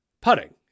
putting